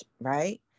right